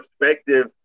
perspective